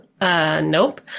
Nope